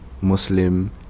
Muslim